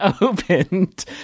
opened